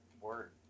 word